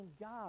God